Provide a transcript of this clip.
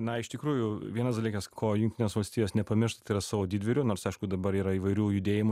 na iš tikrųjų vienas dalykas ko jungtinės valstijos nepamiršta tai yra savo didvyrių nors aišku dabar yra įvairių judėjimų